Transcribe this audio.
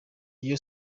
iyo